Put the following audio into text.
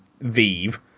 Vive